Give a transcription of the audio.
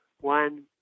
One